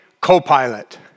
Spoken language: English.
co-pilot